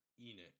Enix